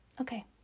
Okay